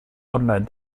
online